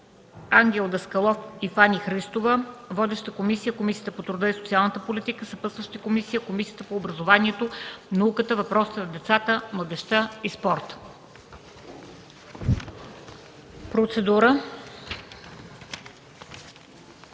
Ангел Даскалов и Фани Христова. Водеща е Комисията по труда и социалната политика. Съпътстващи са Комисията по образованието, науката и въпросите за децата, младежта и спорта. Процедура